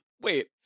wait